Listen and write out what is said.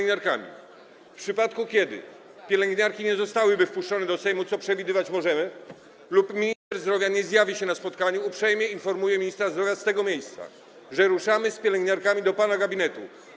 Gdyby pielęgniarki nie zostały wpuszczone do Sejmu, co przewidywać możemy, lub minister zdrowia nie zjawił się na spotkaniu, uprzejmie informuję ministra zdrowia z tego miejsca, że ruszamy z pielęgniarkami do pana gabinetu.